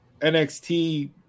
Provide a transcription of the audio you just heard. NXT